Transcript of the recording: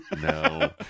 No